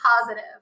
positive